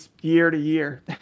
year-to-year